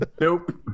Nope